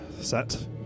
set